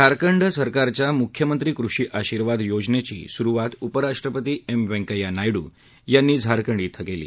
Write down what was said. झारखंड सरकारच्या मुख्यमंत्री कृषी आशिर्वाद योजनेची सुरुवात उपराष्ट्रपती एम वेकय्या नायडू यांनी झारखंड धिं केली